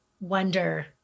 wonder